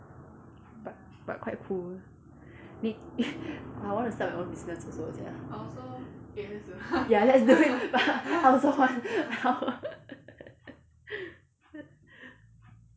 but but quite cool need I want to start my own business also sia ya let's do it but I also want